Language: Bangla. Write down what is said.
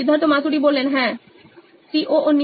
Siddharth Maturi C E O নোইন ইলেকট্রনিক্স হ্যাঁ